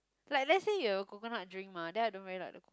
like let's say have a coconut drink mah then I don't really like the